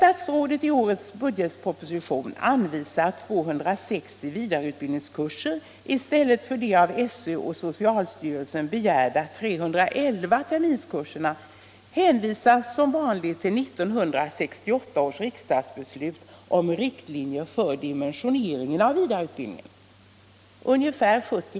Allmänpolitisk debatt Allmänpolitisk debatt nu liksom 1968 avgå för att gifta sig och bilda eget hem.